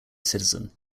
citizen